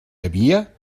havia